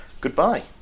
Goodbye